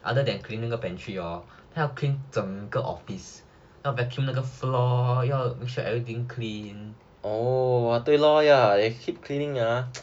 other than cleaning 那个 pantry hor 他要 helping 整个 office 要 vacuum 那个 floor 要 make sure everything clean